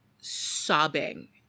Sobbing